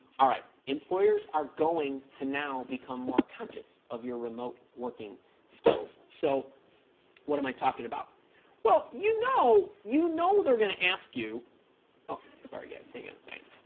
all right employers are going to now become more conscious of your remote working skills so what am i talking about well you know you know they're gonna ask you oh sorry guys hang on say